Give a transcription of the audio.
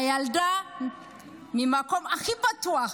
הילדה מהמקום הכי פתוח,